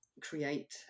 create